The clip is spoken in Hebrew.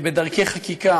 בדרכי חקיקה,